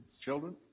Children